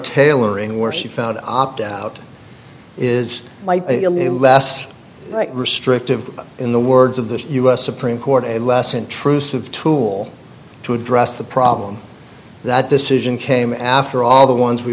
tailoring where she found opt out is a less restrictive in the words of the u s supreme court and less intrusive tool to address the problem that decision came after all the ones we